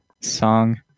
song